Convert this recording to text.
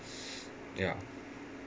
ya